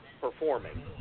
performing